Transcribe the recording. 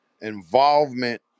involvement